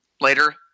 later